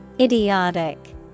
Idiotic